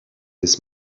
his